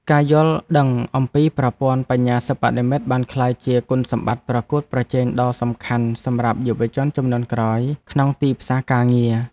ការយល់ដឹងអំពីប្រព័ន្ធបញ្ញាសិប្បនិម្មិតបានក្លាយជាគុណសម្បត្តិប្រកួតប្រជែងដ៏សំខាន់សម្រាប់យុវជនជំនាន់ក្រោយក្នុងទីផ្សារការងារ។